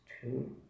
two